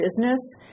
business